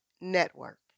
Network